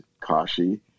Kashi